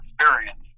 experience